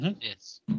Yes